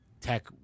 tech